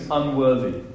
unworthy